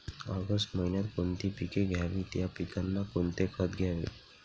August महिन्यात कोणती पिके घ्यावीत? या पिकांना कोणते खत द्यावे?